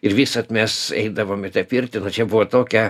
ir visad mes eidavom į tą pirtį va čia buvo tokia